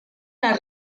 las